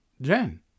jen